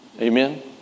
Amen